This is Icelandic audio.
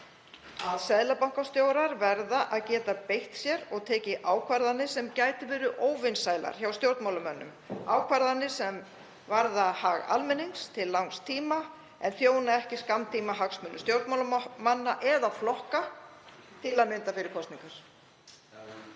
að seðlabankastjórar verða að geta beitt sér og tekið ákvarðanir sem gætu verið óvinsælar hjá stjórnmálamönnum, ákvarðanir sem varða hag almennings til langs tíma en þjóna ekki skammtímahagsmunum stjórnmálamanna eða flokka, til að mynda fyrir kosningar.